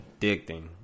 addicting